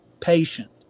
patient